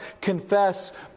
confess